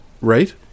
right